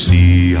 See